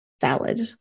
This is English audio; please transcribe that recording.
valid